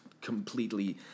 completely